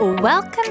Welcome